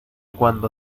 cuando